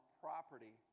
property